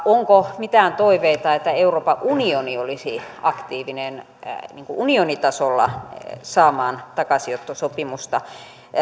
onko mitään toiveita että euroopan unioni olisi aktiivinen unionitasolla saamaan takaisinottosopimusta